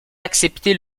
accepter